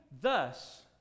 thus